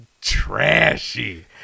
trashy